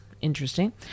Interesting